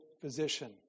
physician